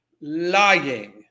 Lying